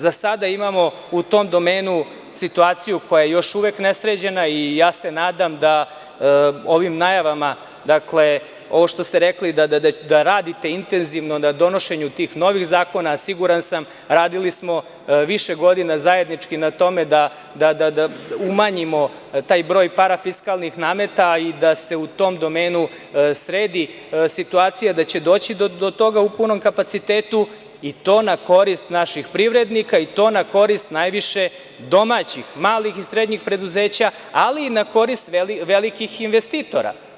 Za sada imamo u tom domenu situaciju koja je još uvek nesređena i ja se nadam da ovim najavama, dakle, ovo što ste rekli da radite intenzivno na donošenju tih novih zakona, a siguran sam, radili smo više godina zajednički na tome, da umanjimo taj broj parafiskalnih nameta i da se u tom domenu sredi situacija, da će doći do toga u punom kapacitetu i to na korist naših privrednika, i to na korist najviše domaćih malih i srednjih preduzeća, ali i na korist velikih investitora.